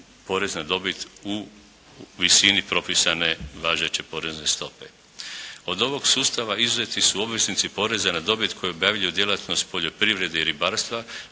porez na dobit u visini propisane važeće porezne stope. Od ovog sustava izuzeti su obveznici poreza na dobit koji obavljaju djelatnost poljoprivrede i ribarstva